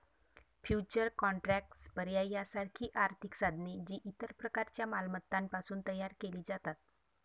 futures contracts, पर्याय यासारखी आर्थिक साधने, जी इतर प्रकारच्या मालमत्तांपासून तयार केली जातात